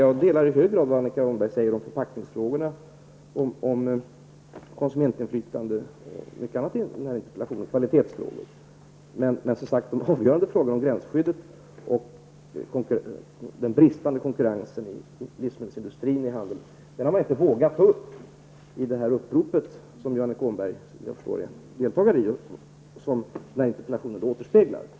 Jag delar i hög grad Annika Åhnbergs uppfattning i fråga om förpackningar, konsumentinflytande, kvalitet och mycket annat i interpellationen. Men, som sagt, de avgörande frågorna om gränsskyddet och den bristande konkurrensen i livsmedelsindustrin och handeln har man inte vågat ta upp i uppropet, som jag förstår att Annika Åhnberg deltar i och som interpellationen återspeglar.